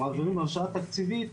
מעבירים הרשאה תקציבית,